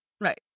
Right